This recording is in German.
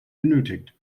benötigt